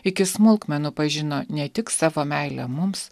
iki smulkmenų pažino ne tik savo meilę mums